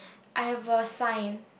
I have a sign